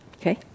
Okay